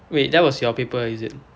wait that was your paper is it